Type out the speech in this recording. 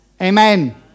Amen